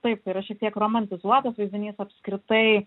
taip yra šiek tiek romantizuotas vaizdinys apskritai